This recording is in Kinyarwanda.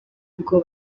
bwo